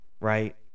right